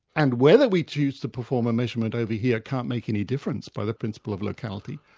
and whether we choose to perform a measurement over here, can't make any difference by the principle of locality,